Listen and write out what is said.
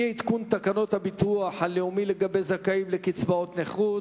אי-עדכון תקנות הביטוח הלאומי לגבי זכאים לקצבאות נכות.